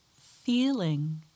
feeling